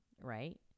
right